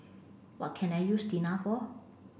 what can I use Tena for